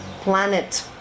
planet